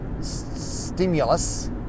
stimulus